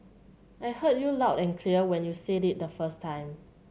I heard you loud and clear when you said it the first time